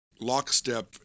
lockstep